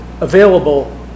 available